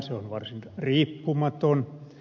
se on varsin riippumaton